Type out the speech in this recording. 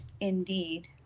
indeed